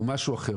הוא משהו אחר.